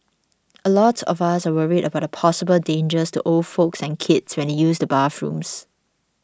a lot of us are worried about the possible dangers to old folks and kids when they use the bathrooms